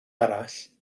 arall